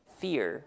fear